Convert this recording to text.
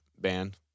band